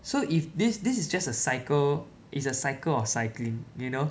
so if this this is just a cycle is a cycle of cycling you know